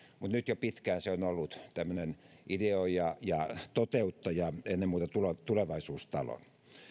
mutta nyt jo pitkään se on ollut tämmöinen ideoija ja toteuttaja ennen muuta tulevaisuustalo